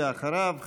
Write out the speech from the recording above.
ואחריו,